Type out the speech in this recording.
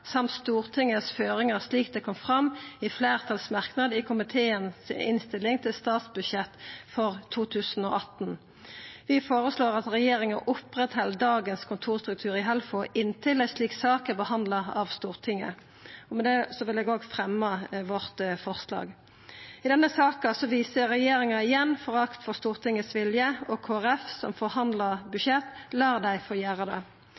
samt føringane frå Stortinget, slik dei kom fram i fleirtalsmerknad i innstillinga frå komiteen til statsbudsjettet for 2018. Vi føreslår at regjeringa opprettheld dagens kontorstruktur i Helfo inntil ei slik sak er behandla av Stortinget. I denne saka viser regjeringa igjen forakt for Stortingets vilje, og Kristeleg Folkeparti, som forhandlar om budsjett, let dei få gjera det.